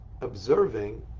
observing